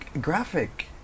graphic